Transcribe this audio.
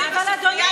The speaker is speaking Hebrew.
את התקציב לספרייה,